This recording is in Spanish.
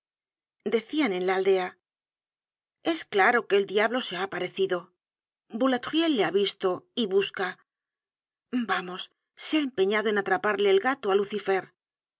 decian en la aldea es claro que el diablo se ha aparecido bou tomo ii content from google book search generated at latruelle le ha visto y busca vamos se lia empeñado en atraparle el gato á lucifer